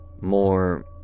more